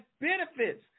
benefits